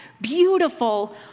beautiful